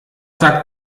sagt